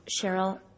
Cheryl